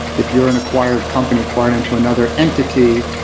if you're an acquired company acquiring to another entity,